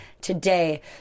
today